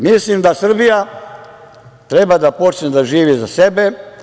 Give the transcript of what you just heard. Mislim da Srbija treba da počne da živi za sebe.